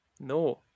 No